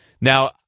Now